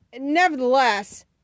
Nevertheless